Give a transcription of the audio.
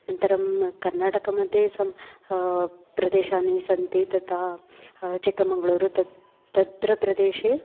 अनन्तरं कर्नाटकमध्ये सम् प्रदेशानि सन्ति तथा चिक्कमङ्ग्ळूरु तत् तत्र प्रदेशे